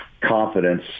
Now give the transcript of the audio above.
confidence